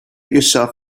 yourself